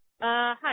Hi